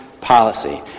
policy